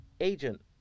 agent